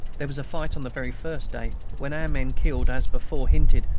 there was a fight on the very first day, when our men killed, as before hinted,